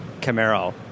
Camaro